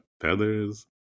feathers